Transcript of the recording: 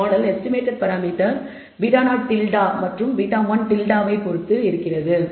இந்த model estimated parameter β̂0 மற்றும் β̂1 ஐப் பயன்படுத்துகிறது